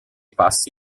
passi